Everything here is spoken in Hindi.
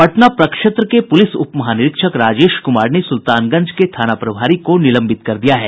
पटना प्रक्षेत्र के पूलिस उप महानिरीक्षक राजेश कुमार ने सुल्तानगंज के थाना प्रभारी को निलंबित कर दिया है